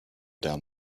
down